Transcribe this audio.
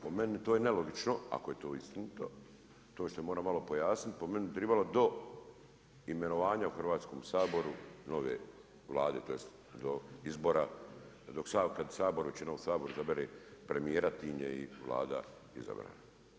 Po meni to je nelogično, ako je to istinito, to ćete morati malo pojasniti, po meni bi trebalo do imenovanja u Hrvatskom saboru nove Vlade, tj. do izbora, dok, kada Sabor većinom Sabor izabere premijera time je i Vlada izabrana.